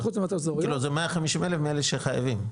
כאילו זה 150 אלף מאלה שחייבים?